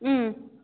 अँ